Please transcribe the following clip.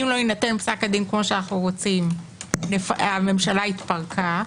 אם לא יינתן פסק הדין כמו שאנחנו רוצים הממשלה התפרקה.